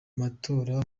matora